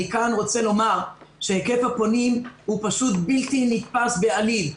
אני כאן רוצה לומר שהיקף הפונים פשוט בלתי נתפס בעליל.